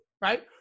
right